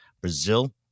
Brazil